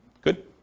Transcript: good